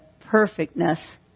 Perfectness